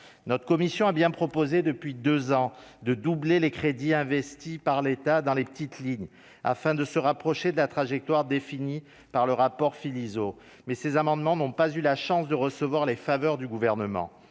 notre commission a bien proposé depuis 2 ans, de doubler les crédits investis par l'État dans les petites lignes afin de se rapprocher de la trajectoire définie par le rapport Philizot, mais ces amendements n'ont pas eu la chance de recevoir les faveurs du gouvernement,